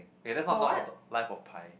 okay that's not not life-of-Pi